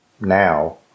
now